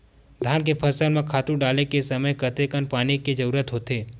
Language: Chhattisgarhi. धान के फसल म खातु डाले के समय कतेकन पानी के जरूरत होथे?